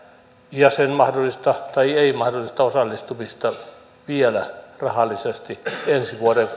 ja sen mahdollista tai ei mahdollista osallistumista vielä rahallisesti ensi vuoden